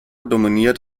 dominiert